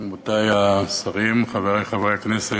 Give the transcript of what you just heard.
תודה רבה, רבותי השרים, חברי חברי הכנסת,